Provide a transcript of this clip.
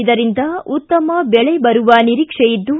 ಇದರಿಂದ ಉತ್ತಮ ಬೆಳೆ ಬರುವ ನಿರೀಕ್ಷೆ ಇದ್ದು